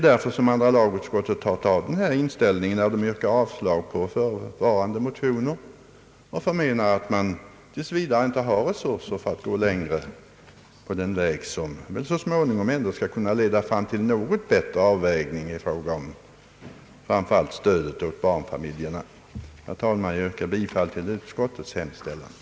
Därför har andra lagutskottet hemställt om avslag på förevarande motioner. Utskottet anser att vi för närvarande inte har resurser att gå längre på den väg som väl så småningom ändå skall kunna leda till en något bättre avvägning framför allt till förmån för stödet åt barnfamiljerna. Herr talman! Jag yrkar bifall till utskottets förslag.